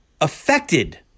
affected